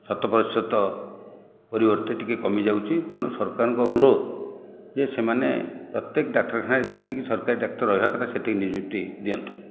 ସତ ପ୍ରତିଶତ ପରିବର୍ତ୍ତେ ଟିକିଏ କମିଯାଉଛି ତେଣୁ ସରକାରଙ୍କ ଅନୁରୋଧ ଯେ ସେମାନେ ପ୍ରତ୍ୟେକ ଡାକ୍ତରଖାନାରେ ଯେତିକି ସରକାରୀ ଡାକ୍ତର ରହିବା କଥା ସେତିକି ନିଯୁକ୍ତି ଦିଅନ୍ତୁ